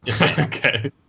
Okay